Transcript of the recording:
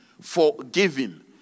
forgiving